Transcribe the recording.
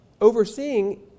overseeing